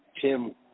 Tim